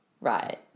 right